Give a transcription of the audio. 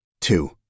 Two